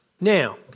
Now